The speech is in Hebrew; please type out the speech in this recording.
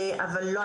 אבל לא,